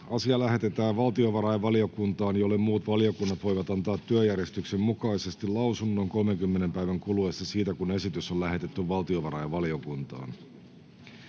Asia lähetetään valtiovarainvaliokuntaan, jolle muut valiokunnat voivat antaa työjärjestyksen mukaisesti lausunnon 30 päivän kuluessa siitä, kun esitys on lähetetty valtiovarainvaliokuntaan.